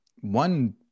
one